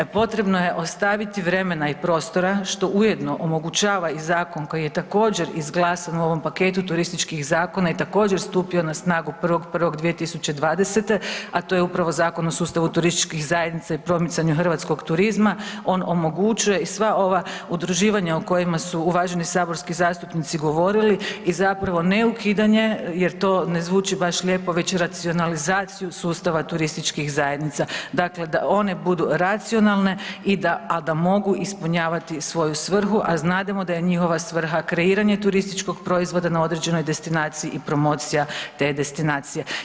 Potrebno je ostaviti vremena i prostora što ujedno omogućava i zakon koji je također izgledan u ovom paketu turističkih zakona i također stupio na snagu 1.1.2020., a to je upravo Zakon o sustavu turističkih zajednica i promicanja hrvatskog turizma, on omogućuje i sva ova udruživanja o kojima su uvaženi saborski zastupnici govorili i zapravo ne ukidanje jer to ne zvuči baš lijepo već racionalizaciju sustava turističkih zajednica, dakle da one budu racionalne, a da mogu ispunjavati svoju svrhu, a znademo da je njihova svrha kreiranje turističkog proizvoda na određenoj destinaciji i promocija te destinacije.